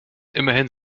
immerhin